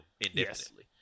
indefinitely